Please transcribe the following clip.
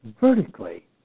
vertically